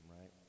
right